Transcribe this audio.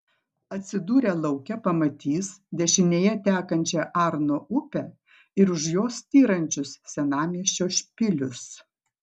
atsidūrę lauke pamatys dešinėje tekančią arno upę ir už jos styrančius senamiesčio špilius